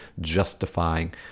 justifying